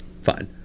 Fine